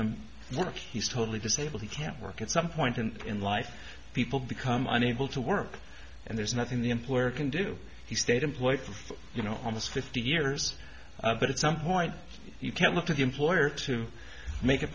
what he's totally disabled he can't work at some point and in life people become unable to work and there's nothing the employer can do he stayed employed for you know almost fifty years but it's some point you can look to the employer to make it